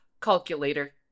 Calculator